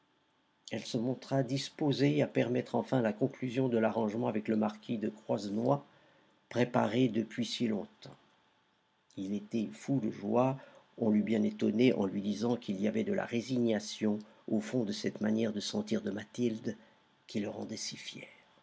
elle se montra disposée à permettre enfin la conclusion de l'arrangement avec le marquis de croisenois prépare depuis si longtemps il était fou de joie on l'eût bien étonné en lui disant qu'il y avait de la résignation au fond de cette manière de sentir de mathilde qui le rendait si fier